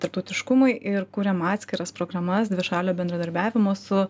tarptautiškumui ir kuriam atskiras programas dvišalio bendradarbiavimo su